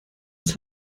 das